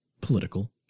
political